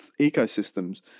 ecosystems